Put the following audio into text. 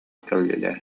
кэллилэр